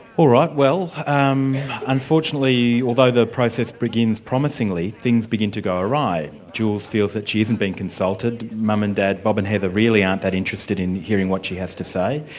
right, well um unfortunately, although the process begins promisingly, things begin to go awry. jules feels that she isn't being consulted, mum and dad, bob and heather really aren't that interested in hearing what she has to say.